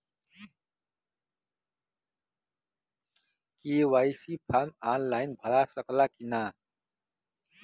KYC form online भरा सकला की ना?